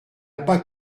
pas